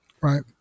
Right